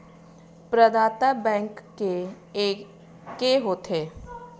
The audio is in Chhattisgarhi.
प्रदाता बैंक के एके होथे?